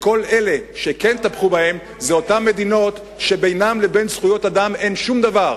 וכל אלה שכן תמכו בו הן אותן מדינות שבינן לבין זכויות אדם אין שום דבר,